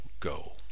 go